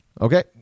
Okay